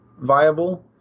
viable